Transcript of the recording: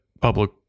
public